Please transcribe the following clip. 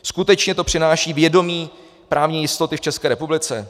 Skutečně to přináší vědomí právní jistoty v České republice?